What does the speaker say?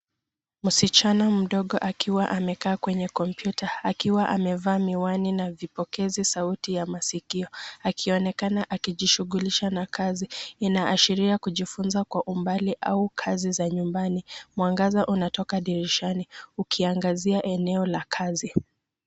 Msichana mdogo akiwa amekaa kwenye kompyuta, akiwa amevaa miwani na vipokezi sauti ya masikio. Akionekana akijishughulisha na kazi, inaashiria kujifunza kwa umbali au kazi za nyumbani. Mwangaza unatoka dirishani, ukiangazia eneo la kazi.